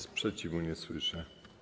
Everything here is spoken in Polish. Sprzeciwu nie słyszę.